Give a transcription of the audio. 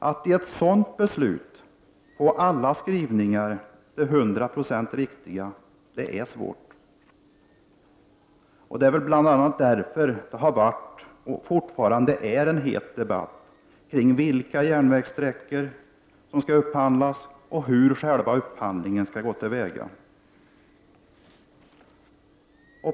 Att i ett sådant beslut få alla skrivningar till hundra procent riktiga är svårt. Bl.a. därför har det väl varit och är fortfarande en het debatt kring vilka järnvägssträckor som skall upphandlas och hur själva upphandlingen skall gå till.